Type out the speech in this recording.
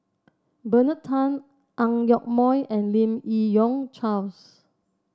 Bernard Tan Ang Yoke Mooi and Lim Yi Yong Charles